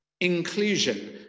inclusion